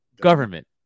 Government